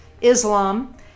Islam